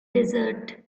desert